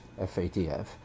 FATF